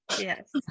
Yes